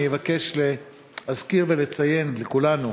אני אבקש להזכיר לכולנו